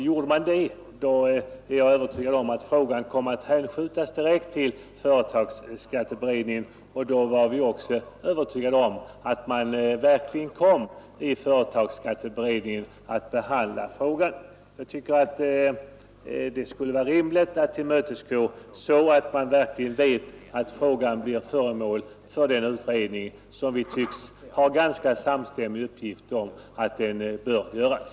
Gjorde man det, är jag övertygad om att frågan kom att hänskjutas till företagsskatteberedningen, och då kom företagsskatteberedningen verkligen att behandla frågan. Det skulle vara rimligt att tillmötesgå detta förslag så att man verkligen vet att frågan blir föremål för den utredning som enligt en ganska samstämmig uppfattning bör göras.